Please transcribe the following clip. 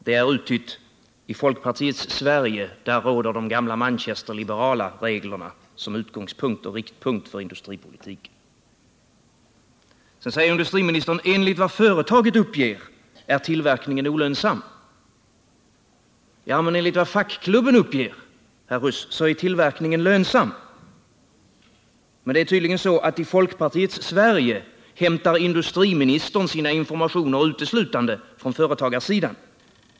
Det är uttytt: I folkpartiets Sverige råder de gamla manchesterliberala reglerna som utgångspunkt och riktpunkt för industripolitiken. Sedan säger industriministern: ”Enligt vad företaget uppger är tillverkningen olönsam —---.” Enligt vad fackklubben uppger, herr Huss, är tillverkningen lönsam. Med det är tydligen så att i folkpartiets Sverige hämtar industriministern sina informationer uteslutande från företagarsidan.